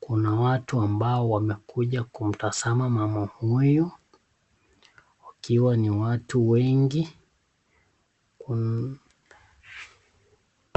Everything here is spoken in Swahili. Kuna watu ambao wamekuja kumtazama mama huyu wakiwa ni watu wengi.